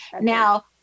Now